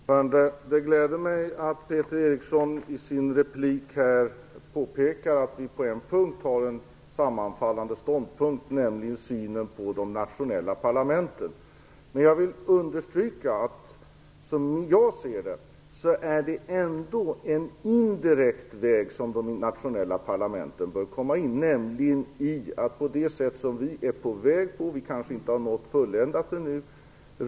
Herr talman! Det gläder mig att Peter Eriksson i sin replik påpekade att vi i en fråga har en gemensam ståndpunkt, nämligen i synen på de nationella parlamenten. Men jag vill understryka att det, som jag ser det, ändå är på en indirekt väg som de nationella parlamenten bör komma in, nämligen det sätt som vi har börjat arbeta på, även om vi inte nått någon fulländning ännu.